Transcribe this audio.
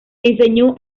enseñó